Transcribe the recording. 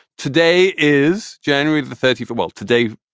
today is january thirty for well, today.